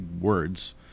words